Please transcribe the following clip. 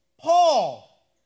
Paul